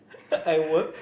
I work